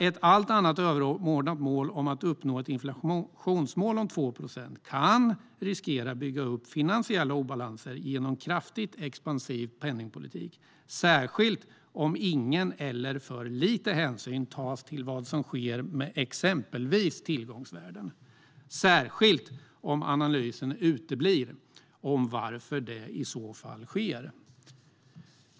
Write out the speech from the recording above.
Ett allt annat överordnat mål om att uppnå ett inflationsmål om 2 procent kan med andra ord riskera att bygga upp finansiella obalanser genom kraftigt expansiv penningpolitik, särskilt om ingen eller för liten hänsyn tas till vad som sker med exempelvis tillgångsvärden - och särskilt om analysen av varför det i så fall sker uteblir.